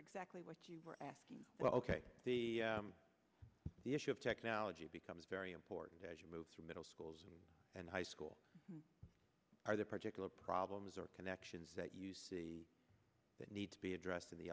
exactly what you were asking well ok the issue of technology becomes very important as you move through middle school and high school are there particular problems or connections that you see that need to be addressed in the